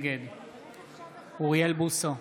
נגד אוריאל בוסו,